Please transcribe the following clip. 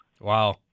Wow